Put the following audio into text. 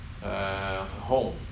home